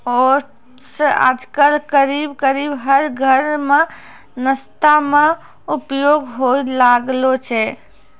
oats आजकल करीब करीब हर घर मॅ नाश्ता मॅ उपयोग होय लागलो छै